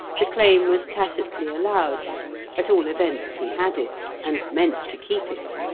the claim was tacitly allowed at all events, he had it, and meant to keep it.